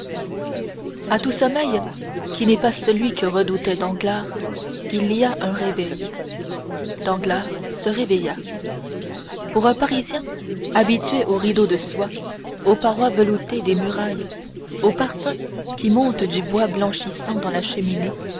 à tout sommeil qui n'est pas celui que redoutait danglars il y a un réveil danglars se réveilla pour un parisien habitué aux rideaux de soie aux parois veloutées des murailles au parfum qui monte du bois blanchissant dans la cheminée